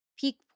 peak